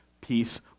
peace